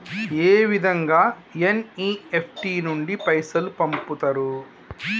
ఏ విధంగా ఎన్.ఇ.ఎఫ్.టి నుండి పైసలు పంపుతరు?